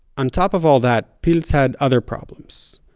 on top of all that pilz had other problems.